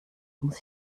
muss